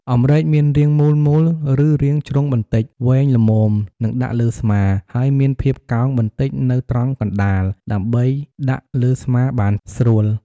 អម្រែកមានរាងមូលៗ ឬរាងជ្រុងបន្តិច វែងល្មមនឹងដាក់លើស្មា ហើយមានភាពកោងបន្តិចនៅត្រង់កណ្តាលដើម្បីដាក់លើស្មាបានស្រួល។